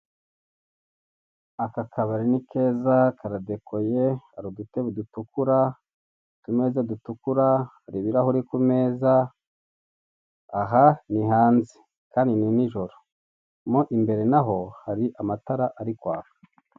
Aka kabari ni keza karadekoye hari udutebe dutukura, utumeza dutukura, hari ibiraahure kumeza aha ni hanze kandi ni nijoro mo imbere naho hari amatara ari kwaka.